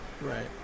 right